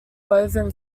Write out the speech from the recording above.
woven